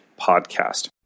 podcast